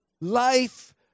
life